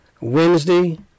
Wednesday